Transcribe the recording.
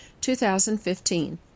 2015